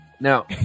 Now